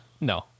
no